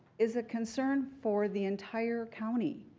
is a concern for the entire county.